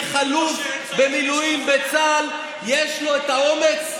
איך אלוף במילואים בצה"ל יש לו את האומץ,